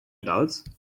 adults